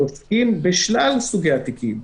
עוסקים בשלל סוגי התיקים.